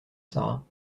sara